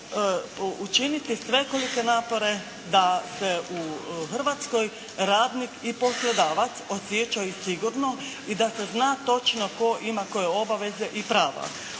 učiniti svekolike napore da se u Hrvatskoj radnik i poslodavac osjećaju sigurno i da se zna točno tko ima koje obaveze i prava.